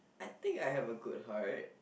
I think I have a good heart